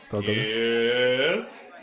Yes